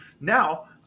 Now